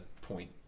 point